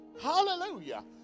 Hallelujah